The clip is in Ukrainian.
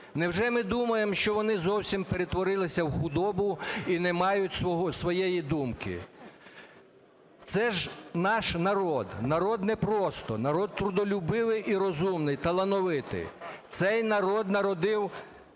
Невже ми думаємо, що вони зовсім перетворилися в худобу і не мають своєї думки. Це ж наш народ, народ не просто, народ трудолюбивий і розумний, талановитий. Цей народ народив